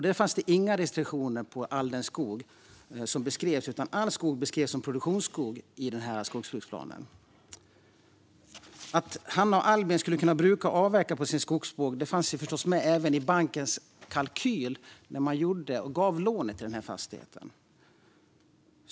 Där fanns inga restriktioner, utan all skog beskrevs som produktionsskog. Att Hanna och Albin skulle kunna bruka och avverka på sin skogsfastighet fanns förstås med även i bankens kalkyl när man gav dem lånet för att köpa fastigheten.